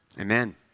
Amen